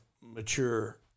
mature